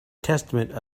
testament